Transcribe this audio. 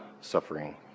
suffering